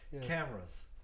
Cameras